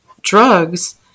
drugs